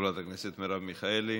חברת הכנסת מרב מיכאלי,